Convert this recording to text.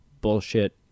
bullshit